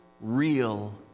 real